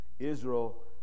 Israel